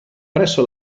presso